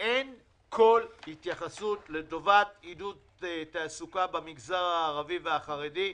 אין כל התייחסות לטובת עידוד תעסוקה במגזר הערבי והחרדי.